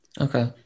Okay